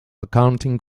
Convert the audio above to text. accounting